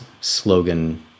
slogan